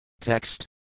Text